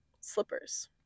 slippers